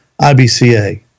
IBCA